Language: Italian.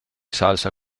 salsa